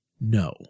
no